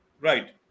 Right